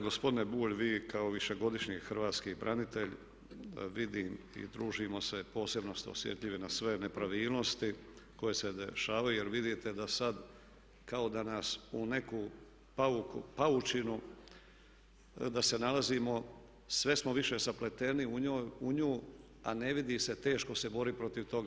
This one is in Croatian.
Gospodine Bulj, vi kao višegodišnji hrvatski branitelj vidim i družimo se, posebno ste osjetljivi na sve nepravilnosti koje se dešavaju jer vidite da sada kao da nas u neku paučinu, da se nalazimo, sve smo više zapleteni u nju a ne vidi se, teško se bori protiv toga.